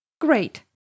Great